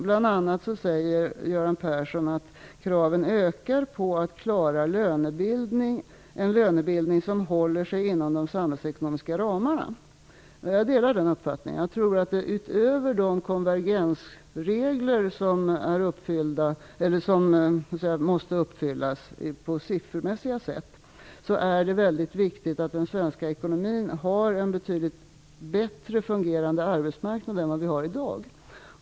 Bl.a. säger Göran Persson att kraven ökar på att klara "en lönebildning som håller sig inom de samhällsekonomiska ramarna". Jag delar den uppfattningen. Jag tror att det utöver de konvergensregler som måste uppfyllas på siffermässigt sätt är väldigt viktigt att den svenska ekonomin har en betydligt bättre fungerande arbetsmarknad än i dag.